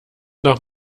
noch